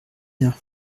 bien